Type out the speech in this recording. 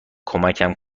کمکم